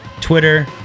Twitter